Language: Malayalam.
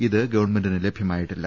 ഇത് ഗവൺമെന്റിന് ലഭ്യമായിട്ടില്ല